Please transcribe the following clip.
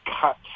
cut